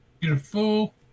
Beautiful